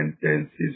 sentences